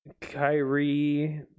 Kyrie